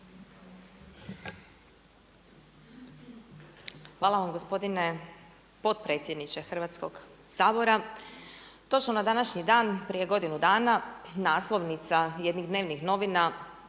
Hvala vam gospodine potpredsjedniče Hrvatskoga sabora. Točno na današnji dan prije godinu dana naslovnica jednih dnevnih novina,